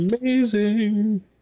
amazing